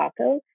tacos